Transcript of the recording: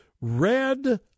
red